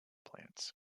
plants